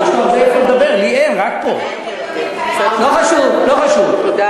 שלא יהיה על חשבוני, אדוני